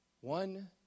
One